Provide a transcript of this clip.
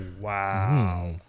wow